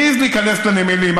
מי העז להיכנס לנמלים?